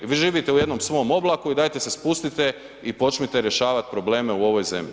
I vi živite u jednom svom oblaku i dajte se spustite i počnite rješavati probleme u ovoj zemlji.